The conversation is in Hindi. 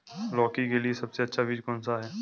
लौकी के लिए सबसे अच्छा बीज कौन सा है?